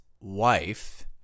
wife